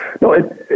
No